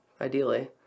ideally